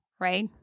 right